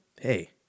hey